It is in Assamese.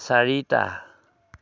চাৰিটা